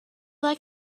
like